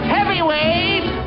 Heavyweight